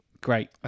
Great